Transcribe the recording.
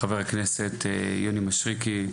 חבר הכנסת יוני מישרקי,